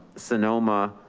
sonoma,